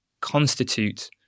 constitute